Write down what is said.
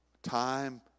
Time